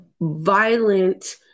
violent